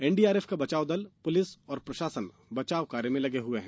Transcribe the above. NDRF का बचाव दल पुलिस और प्रशासन बचाव कार्य में लगे हुए हैं